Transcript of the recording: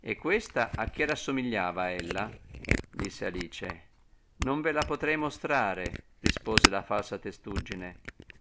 e questa a che rassomigliava ella disse alice non ve la potrei mostrare rispose la falsa testuggine